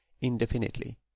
indefinitely